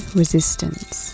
resistance